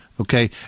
Okay